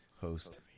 host